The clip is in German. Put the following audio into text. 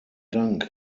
dank